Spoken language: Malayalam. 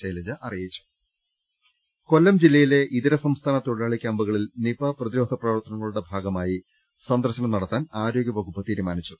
ശൈലജ അറിയി മ്പും കൊല്ലം ജില്ലയിലെ ഇതര സംസ്ഥാന തൊഴിലാളി കൃാമ്പുകളിൽ നിപ പ്രതിരോധ പ്രവർത്തനങ്ങളുടെ ഭാഗമായി സന്ദർശനം നടത്താൻ ആരോഗൃ വകുപ്പ് തീരുമാനിച്ചു